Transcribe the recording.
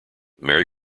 merry